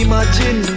Imagine